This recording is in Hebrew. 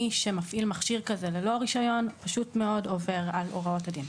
מי שמפעיל מכשיר כזה ללא רישיון פשוט מאוד עובר על הוראות הדין.